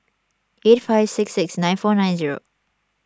eight five six six nine four nine zero